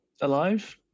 alive